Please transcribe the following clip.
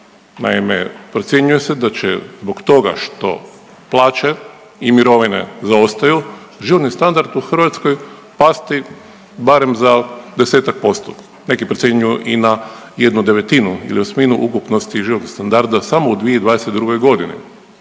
Naime, procjenjuje se da će zbog toga što plaće i mirovine zaostaju životni standard u Hrvatskoj pasti barem za 10-tak posto, neki procjenjuju i na jednu devetinu ili osminu ukupnosti životnog standarda samo u 2022.g..